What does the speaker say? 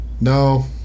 No